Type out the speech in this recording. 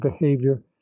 behavior